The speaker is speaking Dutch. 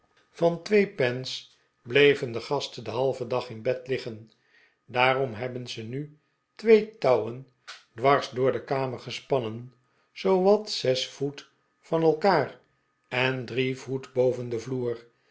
van twee pence bleven de gasten den halven dag in bed liggen daarom hebben ze nu twee touwen dwars door de kamer gespannen zoowat zes voet van elkaar en drie yoet boven den vloer